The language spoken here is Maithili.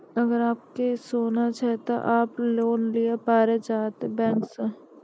अगर आप के सोना छै ते आप लोन लिए पारे चाहते हैं बैंक से?